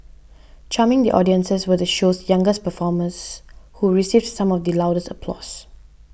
charming the audiences were the show's youngest performers who received some of the loudest applause